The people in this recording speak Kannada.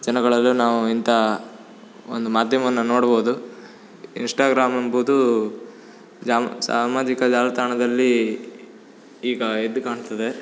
ಜನಗಳಲ್ಲೂ ನಾವು ಇಂತ ಒಂದು ಮಾಧ್ಯಮವನ್ನ ನೋಡ್ಬೋದು ಇನ್ಸ್ಟಾಗ್ರಾಮ್ ಎಂಬುದು ಜಾಮ್ ಸಾಮಾಜಿಕ ಜಾಲತಾಣದಲ್ಲಿ ಈಗ ಎದ್ದು ಕಾಣ್ತದೆ